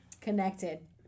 connected